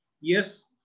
Yes